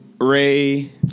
Ray